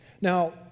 Now